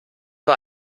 war